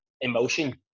emotion